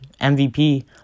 MVP